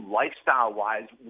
lifestyle-wise